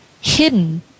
hidden